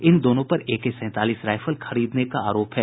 इन दोनों पर एके सैंतालीस राइफल खरीदने का आरोप है